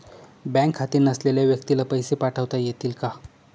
Bank खाते नसलेल्या व्यक्तीला पैसे पाठवता येतील का?